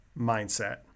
mindset